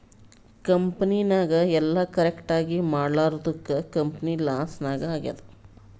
ಕಂಪನಿನಾಗ್ ಎಲ್ಲ ಕರೆಕ್ಟ್ ಆಗೀ ಮಾಡ್ಲಾರ್ದುಕ್ ಕಂಪನಿ ಲಾಸ್ ನಾಗ್ ಆಗ್ಯಾದ್